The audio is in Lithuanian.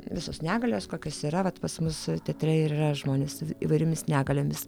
visos negalios kokios yra vat pas mus teatre ir yra žmonės su įvairiomis negaliomis